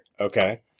Okay